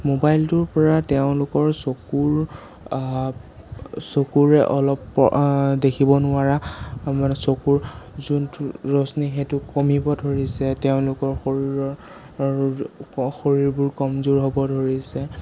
মোবাইলটোৰ পৰা তেওঁলোকৰ চকুৰ চকুৰ অলপ দেখিব নোৱাৰা মানে চকুৰ যোনটো ৰশ্মি সেইটো কমিব ধৰিছে তেওঁলোকৰ শৰীৰৰ শৰীৰবোৰ কমজোৰ হ'ব ধৰিছে